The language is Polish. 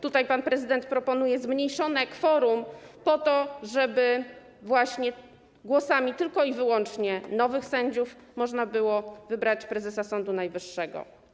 Tutaj pan prezydent proponuje zmniejszone kworum po to, żeby właśnie głosami tylko i wyłącznie nowych sędziów można było wybrać prezesa Sądu Najwyższego.